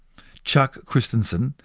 chuck kristensen,